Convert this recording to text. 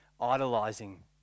idolizing